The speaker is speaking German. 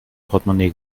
portmonee